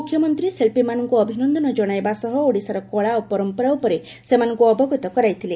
ମୁଖ୍ୟମନ୍ତୀ ଶିବ୍ବୀମାନଙ୍କୁ ଅଭିନନ୍ଦନ ଜଶାଇବା ସହ ଓଡ଼ିଶାର କଳା ଓ ପରମ୍ମରା ଉପରେ ସେମାନଙ୍କୁ ଅବଗତ କରାଇଥିଲେ